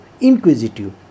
inquisitive